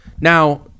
Now